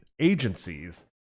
agencies